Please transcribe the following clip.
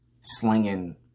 Slinging